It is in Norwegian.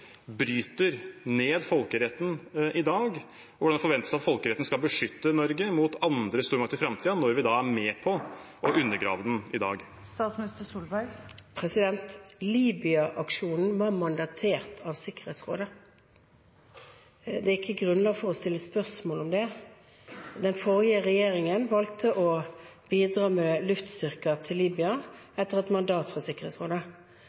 folkeretten skal beskytte Norge mot andre stormakter i framtiden når vi er med på å undergrave den i dag. Libya-aksjonen var etter et mandat fra Sikkerhetsrådet. Det er ikke grunnlag for å stille spørsmål ved det. Den forrige regjeringen valgte å bidra med luftstyrker til Libya etter et mandat fra Sikkerhetsrådet.